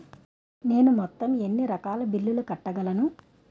నేను మొత్తం ఎన్ని రకాల బిల్లులు కట్టగలను?